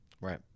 Right